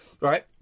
right